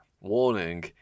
warning